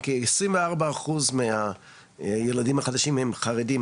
כי 24% מהילדים החדשים הם חרדים,